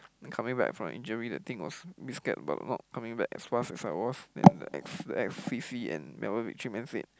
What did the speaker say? then coming back from an injury the thing was bit scared about not coming back as fast as I was and said